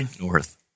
North